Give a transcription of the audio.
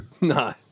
No